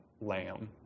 lamb